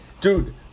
Dude